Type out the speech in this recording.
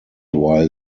while